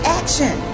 action